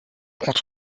prend